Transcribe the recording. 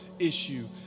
issue